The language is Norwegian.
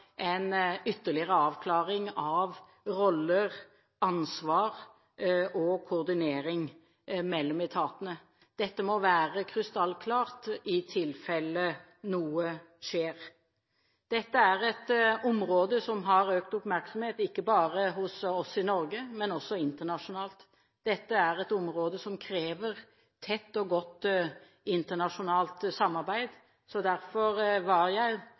en ytterligere avklaring av roller, ansvar og koordinering mellom etatene. Dette må være krystallklart i tilfelle noe skjer. Dette er et område som har fått økt oppmerksomhet, ikke bare hos oss i Norge, men også internasjonalt. Dette er et område som krever tett og godt internasjonalt samarbeid. Derfor var jeg